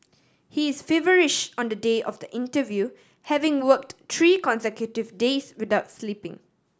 he is feverish on the day of the interview having worked three consecutive days without sleeping